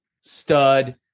stud